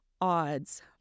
odds